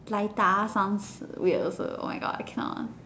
Lita sounds weird also oh my God I cannot